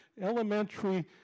elementary